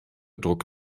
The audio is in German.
druck